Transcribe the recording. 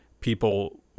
people